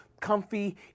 comfy